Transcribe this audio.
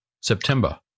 September